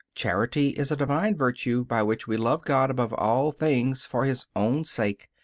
charity is a divine virtue by which we love god above all things for his own sake,